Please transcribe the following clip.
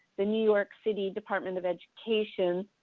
the new york city department of education.